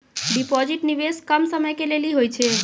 Deposit निवेश कम समय के लेली होय छै?